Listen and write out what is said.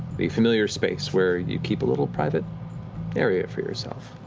the familiar space where you keep a little private area for yourself.